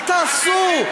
מה תעשו?